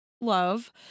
Love